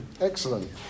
excellent